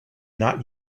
not